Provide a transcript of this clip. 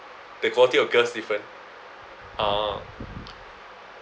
the quality of girls different orh